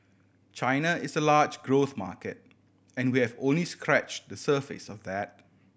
China is a large growth market and we have only scratch the surface of that